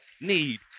need